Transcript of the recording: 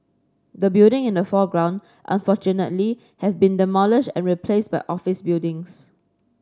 the building in the foreground unfortunately have been demolished and replaced by office buildings